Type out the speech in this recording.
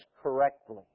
correctly